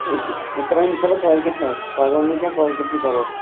أسۍ أسۍ تَرَو اِنشاء اللہ کٲلۍکٮ۪تھ حظ پگاہ نہٕ کیٚنٛہہ کالۍکٮ۪تھٕے تَرَو